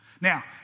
Now